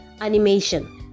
animation